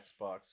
Xbox